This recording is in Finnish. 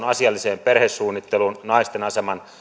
asialliseen perhesuunnitteluun naisten aseman